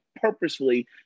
purposefully